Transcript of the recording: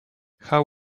how